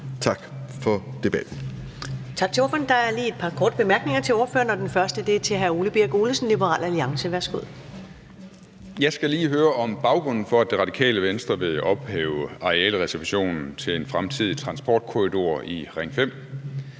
Tak for debatten.